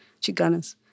chicanas